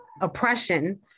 oppression